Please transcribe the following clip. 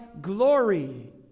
glory